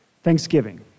Thanksgiving